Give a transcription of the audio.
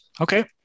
okay